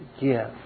give